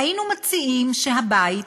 "היינו מציעים שהבית,